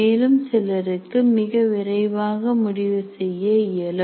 மேலும் சிலருக்கு மிக விரைவாக முடிவு செய்ய இயலும்